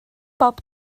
bob